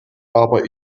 aber